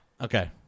okay